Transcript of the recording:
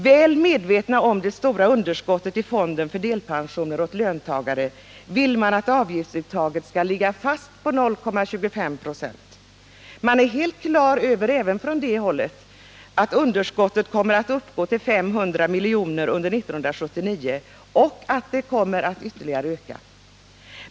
Väl medveten om det stora underskottet i fonden för delpensioner åt löntagare vill man att avgiftsuttaget skall ligga fast på 0,25 96. Man är helt klar över — även från det hållet — att underskottet kommer att uppgå till 500 milj.kr. under 1979 och att det kommer att öka ytterligare.